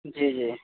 جی جی